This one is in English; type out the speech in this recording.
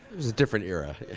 was a different era.